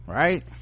right